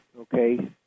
okay